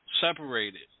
separated